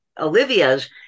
Olivia's